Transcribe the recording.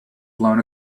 blown